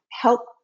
help